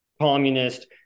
communist